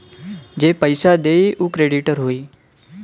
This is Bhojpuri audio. जे पइसा देई उ क्रेडिटर होई